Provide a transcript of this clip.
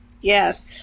Yes